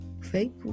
fake